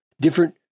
Different